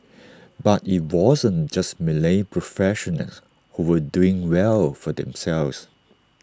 but IT wasn't just Malay professionals who were doing well for themselves